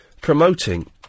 promoting